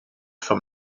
vom